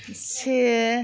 से